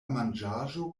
manĝaĵo